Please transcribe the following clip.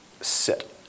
sit